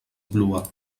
blua